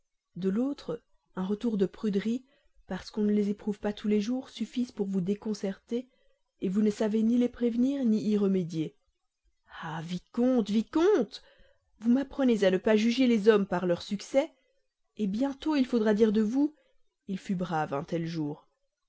de l'autre un retour de pruderie parce qu'on ne les éprouve pas tous les jours suffisent pour vous déconcerter vous ne savez ni les prévenir ni y remédier ah vicomte vicomte vous m'apprenez à ne pas juger les hommes par leurs succès bientôt il faudra dire de vous il fut brave un tel jour